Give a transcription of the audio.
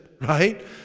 right